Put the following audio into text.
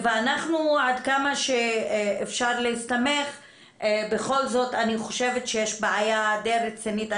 ועד כמה שאפשר להסתמך בכל זאת זאת בעיה די רצינית.